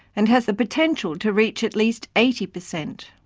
and has the potential to reach at least eighty per cent.